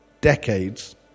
decades